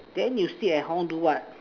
then you sit at home do what